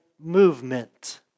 movement